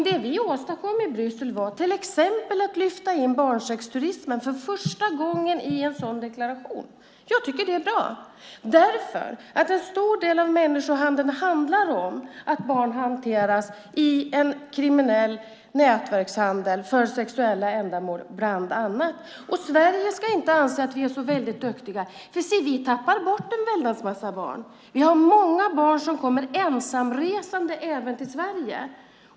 Det vi åstadkom i Bryssel var till exempel att lyfta in barnsexturismen för första gången i en sådan deklaration. Jag tycker att det är bra eftersom en stor del av människohandeln handlar om att barn hanteras i en kriminell nätverkshandel bland annat för sexuella ändamål. Sverige ska inte anse sig vara så väldigt duktigt. Vi tappar bort en väldig massa barn. Många barn kommer ensamresande till Sverige.